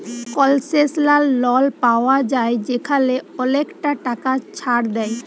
কলসেশলাল লল পাউয়া যায় যেখালে অলেকটা টাকা ছাড় দেয়